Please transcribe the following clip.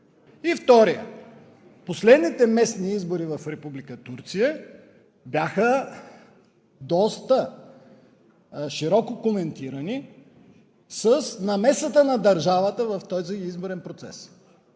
Вторият – последните местни избори в Република Турция бяха доста широко коментирани с намесата на държавата в този изборен процес.